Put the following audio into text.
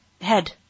head